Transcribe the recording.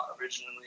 originally